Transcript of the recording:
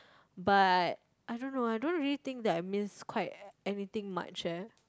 but I don't know I don't really think that I miss quite anything much eh